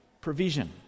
provision